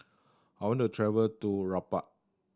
I want to travel to Rabat